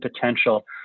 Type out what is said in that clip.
potential